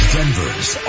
Denver's